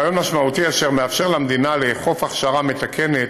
אלא ברעיון משמעותי אשר מאפשר למדינה לאכוף הכשרה מתקנת